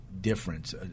difference